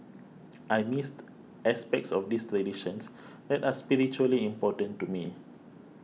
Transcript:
I missed aspects of these traditions that are spiritually important to me